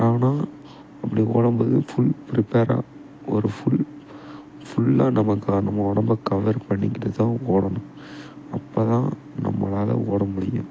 ஆனால் அப்படி ஓடும்போது ஃபுல் ப்ரிப்பேராக ஒரு ஃபுல் ஃபுல்லாக நமக்காக நம்ம உடம்பை கவர் பண்ணிக்கிட்டு தான் ஓடணும் அப்போ தான் நம்மளால் ஓட முடியும்